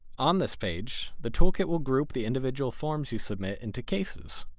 on this page, the toolkit will group the individual forms you submit into cases.